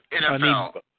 NFL